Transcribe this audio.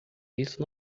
isso